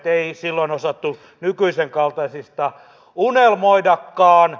ei silloin osattu nykyisen kaltaisista unelmoidakaan